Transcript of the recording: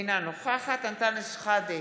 אינה נוכחת אנטאנס שחאדה,